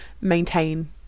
maintain